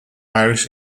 irish